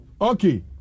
Okay